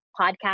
podcast